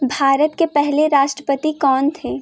भारत के पहले राष्ट्रपति कौन थे